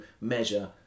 measure